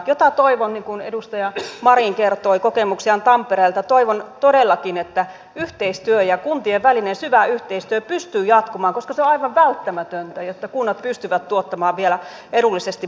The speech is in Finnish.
niin kuin edustaja marin kertoi kokemuksiaan tampereelta toivon todellakin että yhteistyö kuntien välinen syvä yhteistyö pystyy jatkumaan koska se on aivan välttämätöntä jotta kunnat pystyvät tuottamaan vielä edullisesti palveluitaan